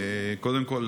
קודם כול,